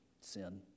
Sin